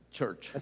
Church